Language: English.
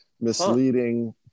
misleading